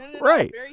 Right